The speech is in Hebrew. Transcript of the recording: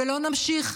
נמשיך,